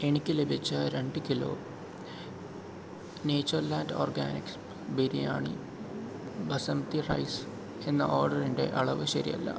എനിക്ക് ലഭിച്ച രണ്ട് kilo Natureland Organics biryani basmati rice എന്ന ഓർഡറിന്റെ അളവ് ശരിയല്ല